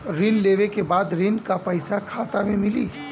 ऋण लेवे के बाद ऋण का पैसा खाता में मिली?